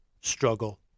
struggle